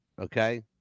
Okay